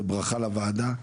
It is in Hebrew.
זה ברכה לוועדה.